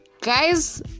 guys